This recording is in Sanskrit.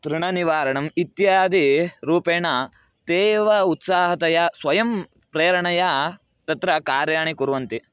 तृणनिवारणम् इत्यादिरूपेण ते एव उत्साहतया स्वयं प्रेरणया तत्र कार्याणि कुर्वन्ति